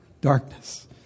darkness